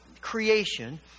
creation